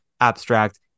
abstract